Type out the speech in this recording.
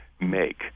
make